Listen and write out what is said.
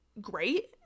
great